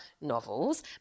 novels